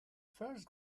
first